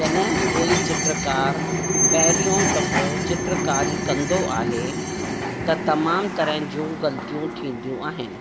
जॾहिं कोई चित्रकार पहिरियों दफ़ो चित्रकारी कंदो आहे त तमामु तरह जूं ग़लतियूं थींदियूं आहिनि